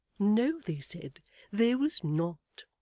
no, they said there was not.